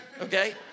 okay